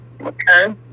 Okay